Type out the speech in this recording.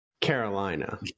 Carolina